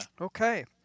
okay